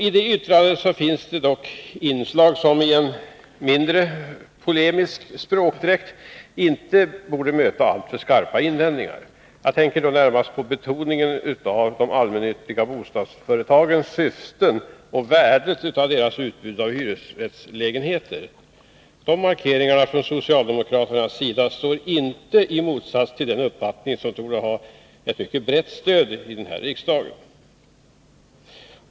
I detta yttrande finns det dock inslag som —-i en mindre polemisk språkdräkt— inte borde möta alltför skarpa invändningar. Jag tänker då närmast på betoningen av de allmännyttiga bostadsföretagens syften och värdet av deras utbud av hyresrättslägenheter. Dessa markeringar från socialdemokraternas sida står inte i motsats till den uppfattning som torde ha ett brett stöd i riksdagen.